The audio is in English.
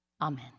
amen